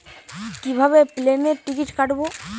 কিভাবে প্লেনের টিকিট কাটব?